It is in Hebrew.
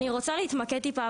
אני רוצה להתמקד טיפה